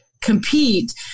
compete